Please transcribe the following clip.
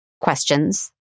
questions